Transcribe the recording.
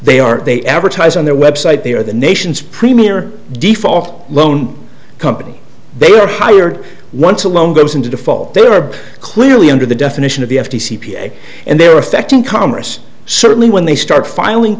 they are they advertise on their website they are the nation's premier default loan company they are hired once a loan goes into default they are clearly under the definition of e f t c p a and their effect in commerce certainly when they start filing